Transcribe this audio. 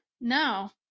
No